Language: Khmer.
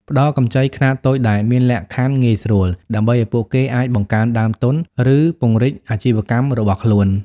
ផ្តល់កម្ចីខ្នាតតូចដែលមានលក្ខខណ្ឌងាយស្រួល ដើម្បីឱ្យពួកគេអាចបង្កើនដើមទុន ឬពង្រីកអាជីវកម្មរបស់ខ្លួន ។